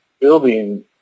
building